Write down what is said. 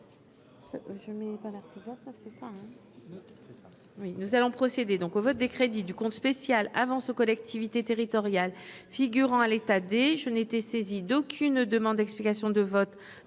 nous allons procéder donc au vote des crédits du compte spécial avances aux collectivités territoriales figurant à l'état des, je n'ai été saisi d'aucune demande d'explication de vote